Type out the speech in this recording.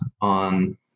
on